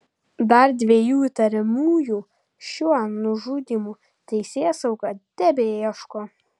dar dviejų įtariamųjų šiuo nužudymu teisėsauga tebeieško